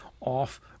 off